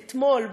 אתמול,